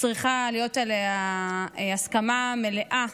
אלי דלל, עדיין יש יוצאים מן הכלל.